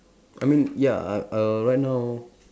I mean ya uh uh right now